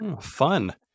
fun